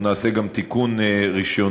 אנחנו נעשה גם תיקון רישיונות.